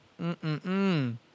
Mm-mm-mm